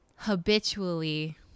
habitually